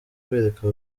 kwereka